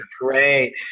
Great